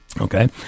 Okay